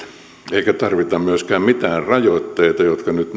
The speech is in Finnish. eikä tarvita myöskään mitään rajoitteita jotka nyt